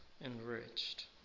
enriched